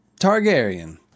Targaryen